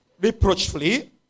reproachfully